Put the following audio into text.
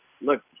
look